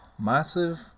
Massive